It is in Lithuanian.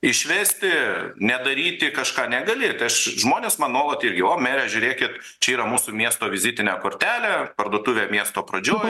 išvesti nedaryti kažką negali tai aš žmonės man nuolat irgi o mere žiūrėkit čia yra mūsų miesto vizitinė kortelė parduotuvė miesto pradžioj